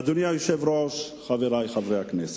אדוני היושב-ראש, חברי חברי הכנסת,